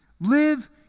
Live